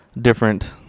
different